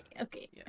okay